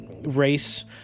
race